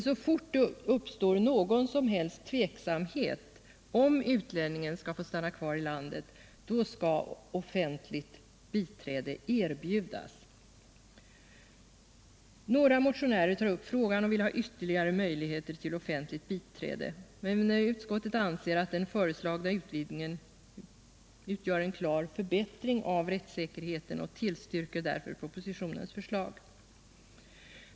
Så fort det uppstår någon som helst tveksamhet om utlänningen skall få stanna kvar i landet skall offentligt biträde erbjudas. Några motionärer tar upp frågan och vill ha ytterligare möjligheter till offentligt biträde. Utskottet anser att den föreslagna utvidgningen utgör en klar förbättring av rättssäkerheten och tillstyrker därför propositionens förslag.